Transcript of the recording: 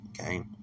okay